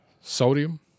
Sodium